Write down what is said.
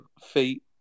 feet